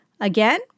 Again